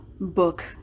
book